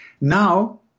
Now